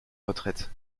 retraite